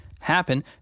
happen